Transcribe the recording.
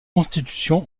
constitution